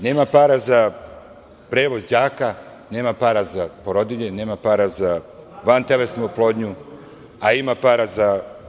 Nema para za prevoz đaka, nema para za porodilje, nema para za vantelesnu oplodnju, a ima para za.